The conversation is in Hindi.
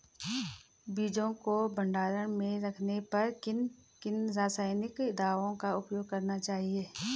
बीजों को भंडारण में रखने पर किन किन रासायनिक दावों का उपयोग करना चाहिए?